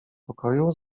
pokoju